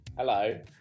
Hello